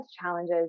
challenges